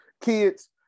Kids